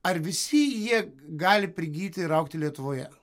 ar visi jie gali prigyti ir augti lietuvoje